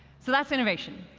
so that's innovation.